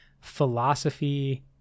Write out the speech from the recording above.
philosophy